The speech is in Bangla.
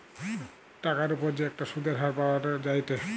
টাকার উপর যে একটা সুধের হার পাওয়া যায়েটে